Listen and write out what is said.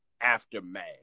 Aftermath